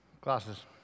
glasses